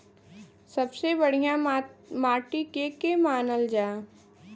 सबसे बढ़िया माटी के के मानल जा?